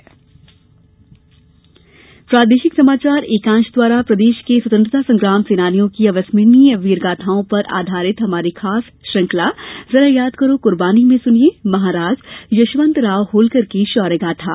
जरा याद करो कुर्बानी प्रादेशिक समाचार एकांश द्वारा प्रदेश के स्वतंत्रता संग्राम सेनानियों की अविस्मर्णीय वीर गाथाओं पर आधारित खास श्रृंखला जरा याद करो कुर्बानी में सुनिये यशवंतराव होलकर की शौर्य गाथा